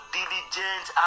diligent